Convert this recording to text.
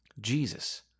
Jesus